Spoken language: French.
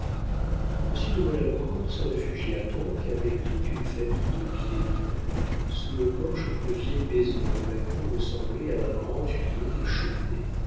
monsieur de maulincour se réfugia donc avec toute une famille de piétons sous le porche d'une vieille maison dont la cour ressemblait à un grand tuyau de cheminée